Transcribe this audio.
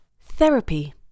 Therapy